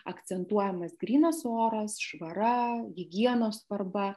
akcentuojamas grynas oras švara higienos svarba